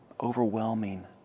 overwhelming